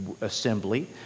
assembly